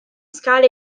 scale